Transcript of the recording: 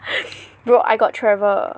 bro I got Trevor